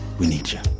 we need you.